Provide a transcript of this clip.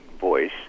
voice